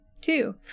Two